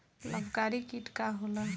लाभकारी कीट का होला?